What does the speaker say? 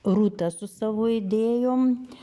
rūta su savo idėjom